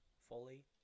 fully